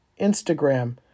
Instagram